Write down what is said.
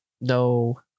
No